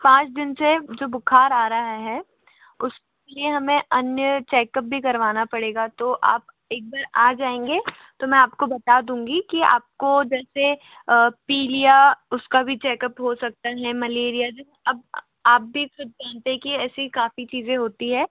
पाँच दिन से जो बुख़ार आ रहा है उसके लिए हमें अन्य चेकअप भी करवाना पड़ेगा तो आप एक बार आ जाएंगे तो मैं आप को बता दूँगी कि आप को जैसे पीलिया उसका भी चेकअप हो सकता है मलेरिया जैसे अब आप भी सब जानते हैं कि ऐसी काफ़ी चीज़े होती है